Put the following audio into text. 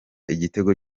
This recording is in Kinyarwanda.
igitego